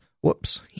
whoops